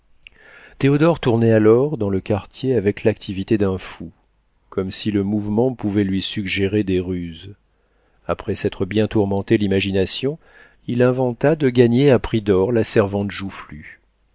théodore tournait alors dans le quartier avec l'activité d'un fou comme si le mouvement pouvait lui suggérer des ruses après s'être bien tourmenté l'imagination il inventa de gagner à prix d'or la servante joufflue